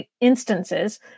instances